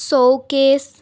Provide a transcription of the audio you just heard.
showcase